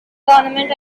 government